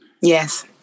Yes